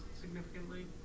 significantly